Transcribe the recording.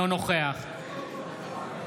אנא קרא בשמות חברי הכנסת שטרם הצביעו.